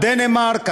דנמרק,